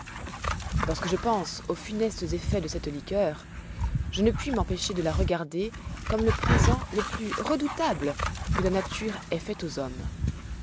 lorsque je pense aux funestes effets de cette liqueur je ne puis m'empêcher de la regarder comme le présent le plus redoutable que la nature ait fait aux hommes